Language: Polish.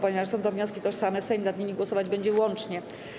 Ponieważ są to wnioski tożsame, Sejm nad nimi głosować będzie łącznie.